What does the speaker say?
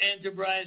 enterprise